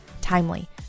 Timely